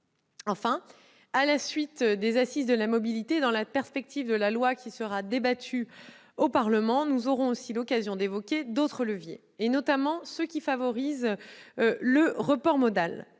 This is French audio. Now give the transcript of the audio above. Enfin, à la suite des Assises de la mobilité, dans la perspective de la loi qui sera débattue au Parlement, nous aurons l'occasion d'évoquer d'autres leviers, notamment ceux qui favorisent le report modal.